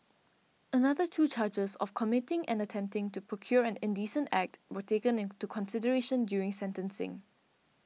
another two charges of committing and attempting to procure an indecent act were taken into consideration during sentencing